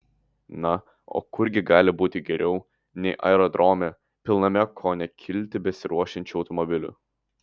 na o kur gi gali būti geriau nei aerodrome pilname ko ne kilti besiruošiančių automobilių